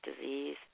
disease